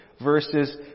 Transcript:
verses